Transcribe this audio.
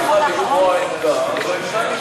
הממשלה, מותר לה והיא צריכה לקבוע עמדה, אני